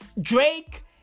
Drake